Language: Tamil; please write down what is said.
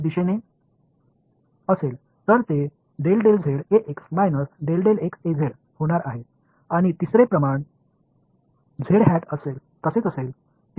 அடுத்த கூறு yˆ இன் திசையில் இருக்கும் அது ∂Ax∂z − ∂Az ∂x ஆகும் மூன்றாவது அளவு zˆ இன் திசையில் இருக்கும் அது ∂Ay∂x − ∂Ax∂y ஆகும்